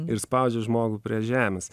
ir spaudžia žmogų prie žemės